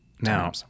Now